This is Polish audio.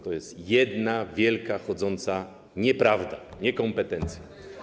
To jest jedna wielka, chodząca nieprawda, niekompetencja.